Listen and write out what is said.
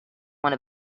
one